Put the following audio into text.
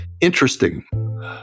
interesting